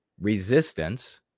resistance